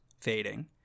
fading